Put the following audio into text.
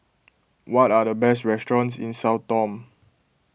what are the best restaurants in Sao Tome